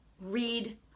read